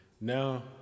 Now